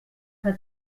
que